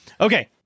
Okay